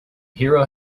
hero